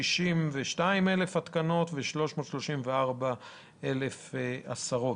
662,000 התקנות ו-334,000 הסרות.